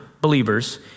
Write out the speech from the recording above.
believers